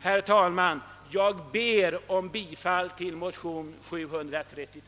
Herr talman! Jag ber om bifall till motion 733.